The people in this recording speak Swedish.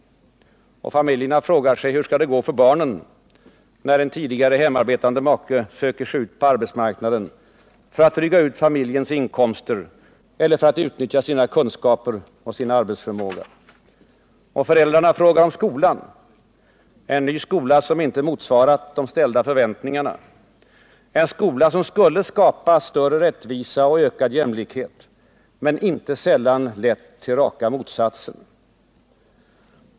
Familjerna frågar hur det skall gå för barnen, när en tidigare hemarbetande make söker sig ut på arbetsmarknaden för att dryga ut familjens inkomster eller för att utnyttja kunskaper och arbetsförmåga. Och föräldrarna frågar om skolan, en ny skola som inte motsvarat de ställda förväntningarna, en skola som skulle skapa större rättvisa och ökad jämlikhet men inte sällan lett till raka motsatsen.